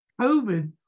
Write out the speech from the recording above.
COVID